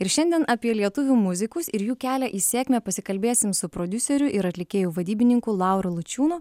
ir šiandien apie lietuvių muzikus ir jų kelią į sėkmę pasikalbėsim su prodiuseriu ir atlikėjų vadybininku lauru lučiūnu